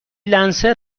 لنسر